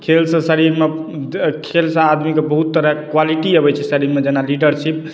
खेलसँ शरीर मे खेलसँ आदमी के बहुत तरह के क्वालिटी अबै छै शरीर मे जेना लीडरशिप